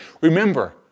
remember